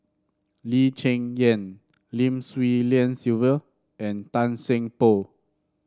Lee Cheng Yan Lim Swee Lian Sylvia and Tan Seng Poh